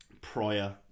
prior